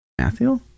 Matthew